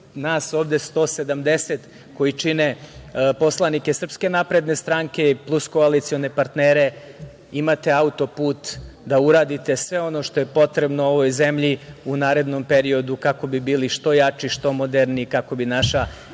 nas ovde 170 koji čine poslanike SNS i plus koalicione partnere, imate auto-put da uradite sve ono što je potrebno ovoj zemlji u narednom periodu, kako bi bili što jači, što moderniji, kako bi naša